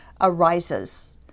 arises